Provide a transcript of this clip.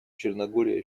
черногории